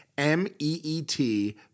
M-E-E-T